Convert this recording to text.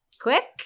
Quick